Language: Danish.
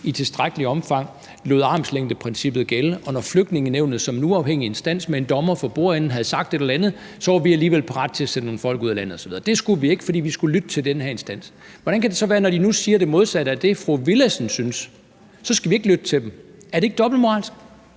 i tilstrækkeligt omfang lader armslængdeprincippet gælde: at når Flygtningenævnet som en uafhængig instans med en dommer for bordenden havde sagt et eller andet, var vi alligevel parate til at sende nogle folk ud af landet, osv. Det skulle vi ikke, fordi vi skulle lytte til den her instans. Hvordan kan det så være, at når de nu siger det modsatte af det, fru Mai Villadsen synes, skal vi ikke lytte til dem? Er det ikke dobbeltmoralsk?